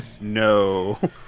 No